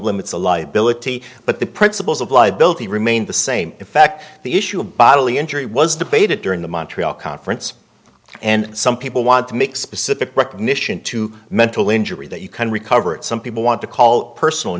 limits a liability but the principles of liability remain the same effect the issue of bodily injury was debated during the montreal conference and some people want to make specific recognition to mental injury that you can recover it some people want to call it personal